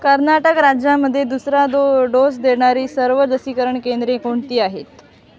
कर्नाटक राज्यामध्ये दुसरा दो डोस देणारी सर्व लसीकरण केंद्रे कोणती आहेत